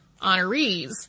honorees